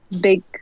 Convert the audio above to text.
big